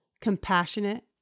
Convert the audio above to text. compassionate